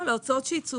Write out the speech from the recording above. מה התכנון כאן?